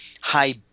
high